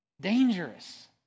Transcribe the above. dangerous